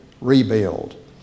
rebuild